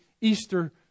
Easter